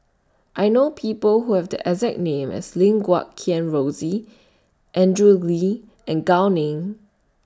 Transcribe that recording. I know People Who Have The exact name as Lim Guat Kheng Rosie Andrew Lee and Gao Ning